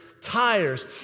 tires